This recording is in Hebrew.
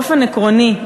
באופן עקרוני,